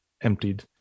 emptied